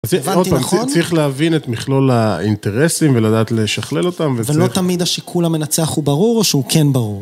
הבנתי, נכון? צריך להבין את מכלול האינטרסים ולדעת לשכלל אותם, וצריך... ולא תמיד השיקול המנצח הוא ברור, או שהוא כן ברור.